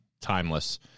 timeless